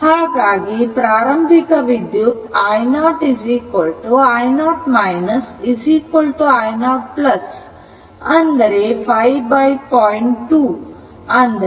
ಹಾಗಾಗಿ ಪ್ರಾರಂಭಿಕ ವಿದ್ಯುತ್ i0 i0 i0 ಅಂದರೆ 50